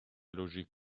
logique